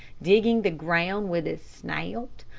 digging the ground with his snout,